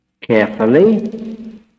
carefully